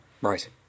Right